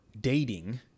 dating